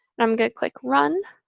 and i'm going to click run.